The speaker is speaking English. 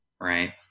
right